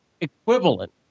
equivalent